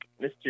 Mr